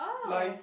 life